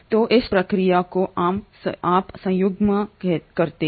तो इस प्रक्रिया को आप संयुग्मन कहते हैं